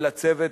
ולצוות,